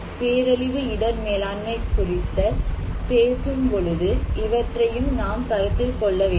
பேரழிவு இடர் மேலாண்மை குறித்த பேசும்பொழுது இவற்றையும் நாம் கருத்தில் கொள்ள வேண்டும்